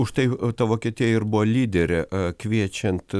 už tai ta vokietija ir buvo lyderė kviečiant